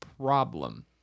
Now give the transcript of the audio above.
problem